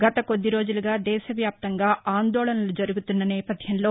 గత కొద్ది రోజులుగా దేశ వ్యాప్తంగా ఆందోళనలు జరుగుతున్న నేపథ్యంలో